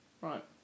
Right